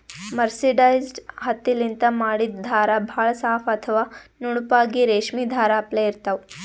mercerised ಹತ್ತಿಲಿಂತ್ ಮಾಡಿದ್ದ್ ಧಾರಾ ಭಾಳ್ ಸಾಫ್ ಅಥವಾ ನುಣುಪಾಗಿ ರೇಶ್ಮಿ ಧಾರಾ ಅಪ್ಲೆ ಇರ್ತಾವ್